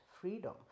freedom